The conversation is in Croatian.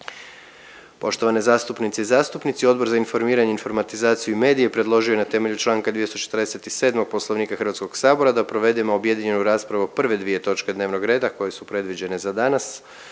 Poštovane zastupnice i zastupnici Odbor za informiranje, informatizaciju i medije predložio je na temelju čl. 247. Poslovnika Hrvatskog sabora da provedemo objedinjenu raspravu prve dvije točke dnevnog reda koje su predviđene za danas.